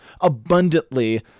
abundantly